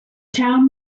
town